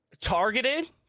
targeted